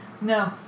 No